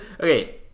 Okay